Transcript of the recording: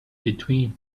between